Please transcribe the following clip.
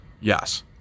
Yes